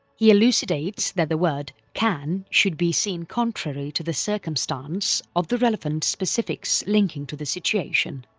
he elucidates that the word can, should be seen contrary to the circumstance of the relevant specifics linking to the situation.